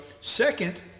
Second